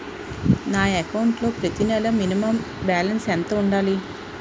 నా అకౌంట్ లో ప్రతి నెల మినిమం బాలన్స్ ఎంత ఉండాలి?